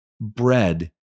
Bread